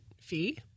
fee